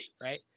Right